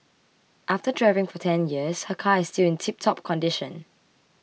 after driving for ten years her car is still in tiptop condition